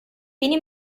pini